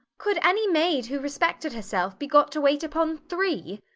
could any maid who respected herself be got to wait upon three?